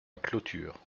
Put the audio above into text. clôture